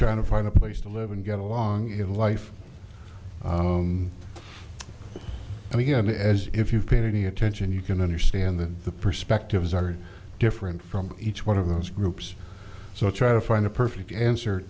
trying to find a place to live and get along in life and we have as if you've paid any attention you can understand that the perspectives are different from each one of those groups so try to find a perfect answer